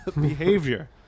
behavior